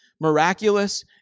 miraculous